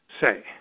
say